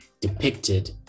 depicted